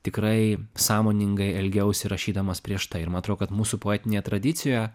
tikrai sąmoningai elgiausi rašydamas prieš tai ir man atrodo kad mūsų poetinėje tradicijoje